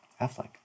Affleck